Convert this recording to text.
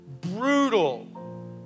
brutal